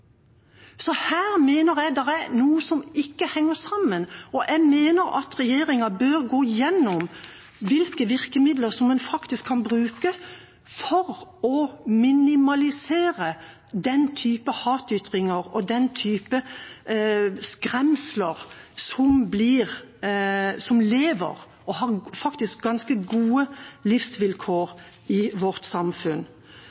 så her mener jeg det er noe som ikke henger sammen. Jeg mener at regjeringa bør gå gjennom hvilke virkemidler man faktisk kan bruke for å minimalisere den typen hatytringer og den typen skremsler som lever og faktisk har ganske gode